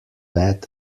bad